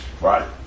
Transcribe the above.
Right